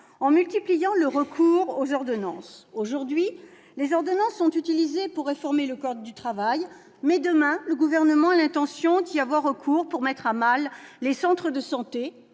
en démultipliant le recours aux ordonnances. Aujourd'hui, les ordonnances sont utilisées pour réformer le code du travail, mais, demain, le Gouvernement a l'intention d'y avoir recours pour mettre à mal les centres de santé